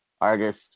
artist